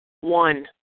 One